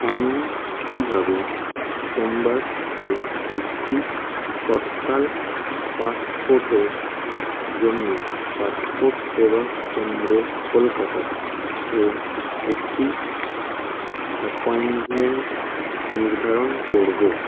আমি কীভাবে সোমবার এ একটি তৎকাল পাসপোটের জন্য পাসপোর্ট সেবা কেন্দ্র কলকাতা এ একটি অ্যাপয়েন্টমেন্ট নির্ধারণ করব